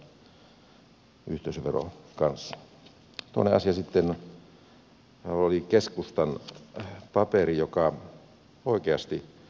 minulla oli keskustan paperi joka oikeasti hämmensi minut